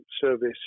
service